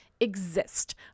exist